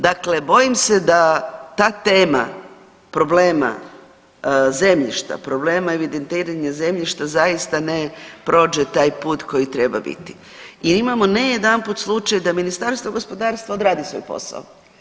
Dakle, bojim se da ta tema problema zemljišta, problema evidentiranja zemljišta zaista ne prođe taj put koji treba biti jer imamo ne jedanput slučaj da Ministarstvo gospodarstva odradi svoj posao.